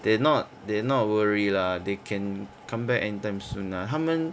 they're not they're not worry lah they can come back anytime soon ah 他们